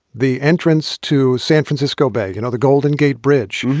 the entrance to san francisco bay, you know the golden gate bridge.